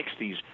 60s